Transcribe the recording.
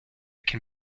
can